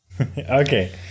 Okay